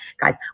guys